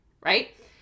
right